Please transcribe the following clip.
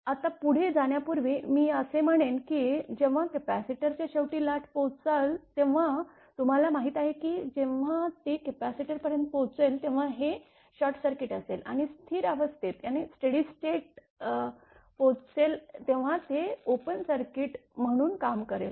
आता पुढे जाण्यापूर्वी मी असे म्हणेन की जेव्हा कपॅसिटरच्या शेवटी लाट पोहोचाल तेव्हा तुम्हाला माहीत आहे की जेव्हा ते कपॅसिटरपर्यंत पोहोचेल तेव्हा हे शॉर्टसर्किट असेल आणि स्थिर अवस्थेत पोहोचेल तेव्हा ते ओपन सर्किट म्हणून काम करेल